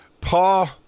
Paul